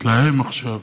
להתלהם עכשיו.